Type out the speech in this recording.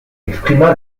exprima